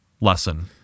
lesson